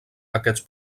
aquests